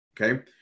Okay